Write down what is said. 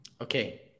okay